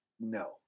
No